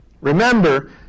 remember